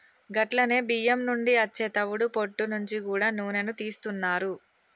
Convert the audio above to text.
గట్లనే బియ్యం నుండి అచ్చే తవుడు పొట్టు నుంచి గూడా నూనెను తీస్తున్నారు